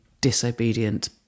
disobedient